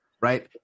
right